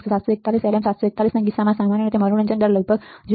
741 LM741 ના કિસ્સામાં સામાન્ય રીતે મનોરંજન દર લગભગ 0